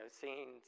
seeing